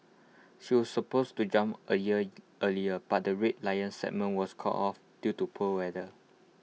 she was supposed to jump A year earlier but the Red Lions segment was called off due to poor weather